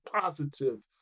positive